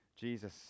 Jesus